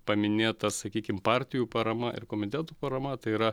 paminėta sakykim partijų parama ir komitetų parama tai yra